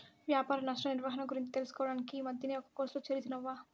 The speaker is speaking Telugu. వ్యాపార నష్ట నిర్వహణ గురించి తెలుసుకోడానికి ఈ మద్దినే ఒక కోర్సులో చేరితిని అవ్వా